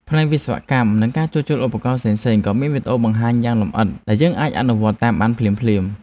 ផ្នែកវិស្វកម្ម និងការជួសជុលឧបករណ៍ផ្សេងៗក៏មានវីដេអូបង្ហាញយ៉ាងលម្អិតដែលយើងអាចអនុវត្តតាមបានភ្លាមៗ។